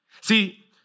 See